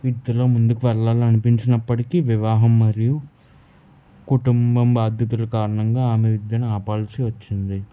విద్యలో ముందుకు వెళ్ళాలనిపించినప్పటికీ వివాహాం మరియు కుటుంబం బాధ్యతలు కారణంగా ఆమె విద్యను ఆపాల్సి వచ్చింది